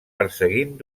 perseguint